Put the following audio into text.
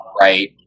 right